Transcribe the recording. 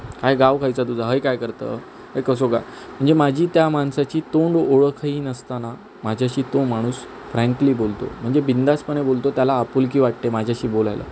काय गाव खयचा तुझा हय काय करतं हय कसा का म्हणजे माझी त्या माणसाची तोंडओळखही नसताना माझ्याशी तो माणूस फ्रँकली बोलतो म्हणजे बिनधास्तपणे बोलतो त्याला आपुलकी वाटते माझ्याशी बोलायला